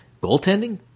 goaltending